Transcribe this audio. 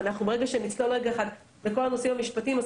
ברגע שנצלול לכל הנושאים המשפטיים,